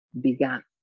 began